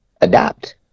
adapt